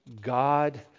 God